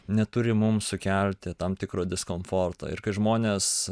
neturi mum sukelti tam tikro diskomforto ir kai žmonės